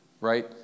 right